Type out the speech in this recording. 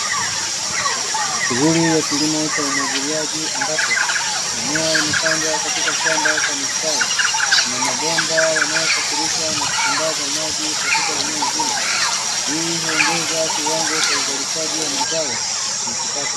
Shughuli ya kilimo cha umwagiliaji ambapo mimea imepandwa katika shamba kwa mistari, kuna mabomba yanayosafirisha na kusambaza maji katika eneo hilo, hii huongeza kiwango cha uzalishaji wa mazao na kipato.